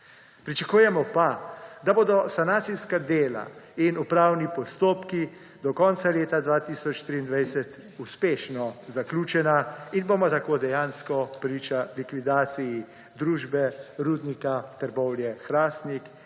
Pričakujemo pa, da bodo sanacijska dela in upravni postopki do konca leta 2023 uspešno zaključeni in bomo tako dejansko priča likvidaciji družbe Rudnik Trbovlje-Hrastnik in s